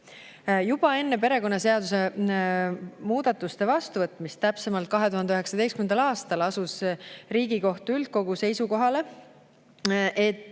Juba enne perekonnaseaduse muudatuste vastuvõtmist, täpsemalt 2019. aastal, asus Riigikohtu üldkogu seisukohale, et